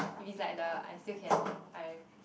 if it's like the I still can lah I am